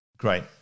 Great